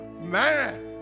man